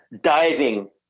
diving